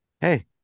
Hey